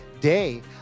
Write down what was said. day